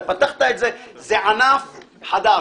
זה ענף חדש.